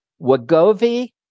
Wagovi